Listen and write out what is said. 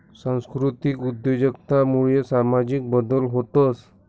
सांस्कृतिक उद्योजकता मुये सामाजिक बदल व्हतंस